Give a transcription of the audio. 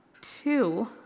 two